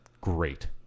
great